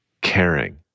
caring